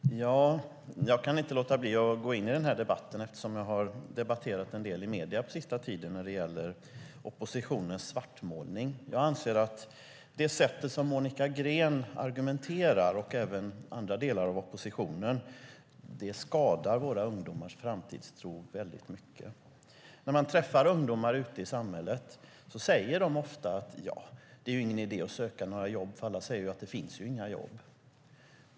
Herr talman! Jag kan inte låta bli att gå in i debatten eftersom jag har debatterat oppositionens svartmålning en del i medierna på sista tiden. Jag anser att det sätt som Monica Green och andra delar av oppositionen argumenterar skadar våra ungdomars framtidstro. När jag träffar ungdomar ute i samhället säger de ofta att det inte är någon idé att söka jobb eftersom alla säger att det inte finns några jobb.